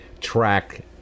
track